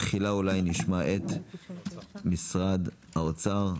תחילה נשמע את משרד האוצר,